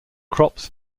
crops